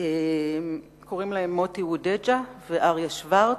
קוראים להם מוטי וודג'ה ואריה שוורץ,